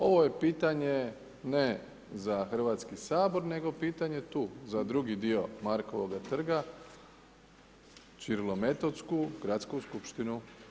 Ovo je pitanje ne za Hrvatski sabor, nego pitanje tu, za drugi dio Markovoga trga, Ćirilometodsku, Gradsku skupštinu.